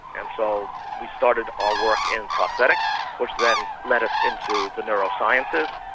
and so we started our work in prosthetics, which then led us into the neurosciences.